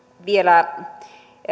vielä